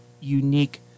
unique